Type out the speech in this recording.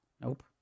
Nope